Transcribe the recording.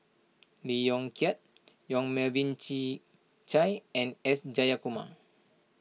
Lee Yong Kiat Yong Melvin Yik Chye and S Jayakumar